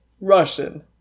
Russian